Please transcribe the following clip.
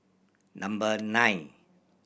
number nine